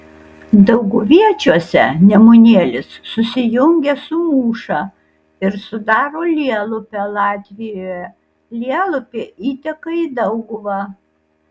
dauguviečiuose nemunėlis susijungia su mūša ir sudaro lielupę latvijoje lielupė įteka į dauguvą